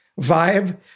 vibe